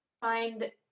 find